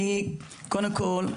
קודם כל,